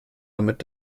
damit